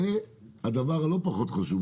הדבר הלא פחות חשוב,